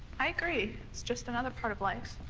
i agree. it's just another part of life.